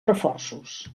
reforços